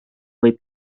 võib